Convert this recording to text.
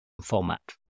format